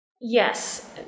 Yes